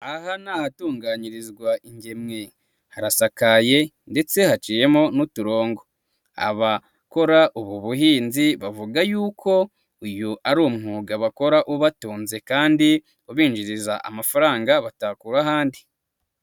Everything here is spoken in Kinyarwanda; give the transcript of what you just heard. Aha ni ahahatunganyirizwa ingemwe, harasakaye ndetse haciyemo n'uturongo, abakora ubu buhinzi, bavuga yuko uyu ari umwuga bakora, ubatunze kandi ubinjiriza amafaranga batakura ahandi.